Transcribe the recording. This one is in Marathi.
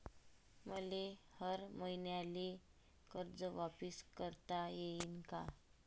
मले हर मईन्याले कर्ज वापिस करता येईन का?